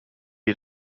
had